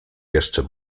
jeszcze